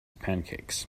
pancakes